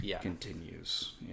continues